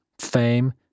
fame